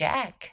Jack